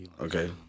Okay